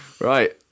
Right